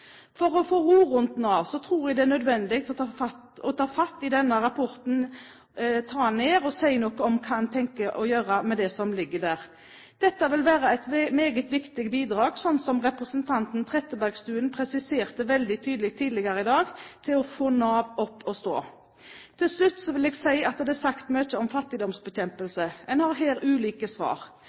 For å få ro rundt Nav tror jeg det er nødvendig å få tatt denne rapporten ned og si noe om hva en tenker å gjøre med det som ligger der. Ting som dette vil være meget viktige bidrag for å få Nav opp og stå, slik representanten Trettebergstuen presiserte veldig tydelig tidligere i dag. Til slutt vil jeg si at det er sagt mye om fattigdomsbekjempelse. En har her ulike svar.